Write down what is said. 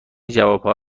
جوابها